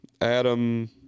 Adam